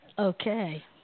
Okay